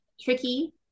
tricky